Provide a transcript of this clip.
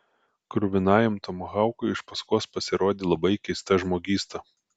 kruvinajam tomahaukui iš paskos pasirodė labai keista žmogysta